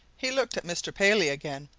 he looked at mr. paley again.